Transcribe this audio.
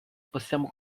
possiamo